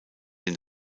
den